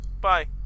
Bye